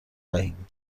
دهیم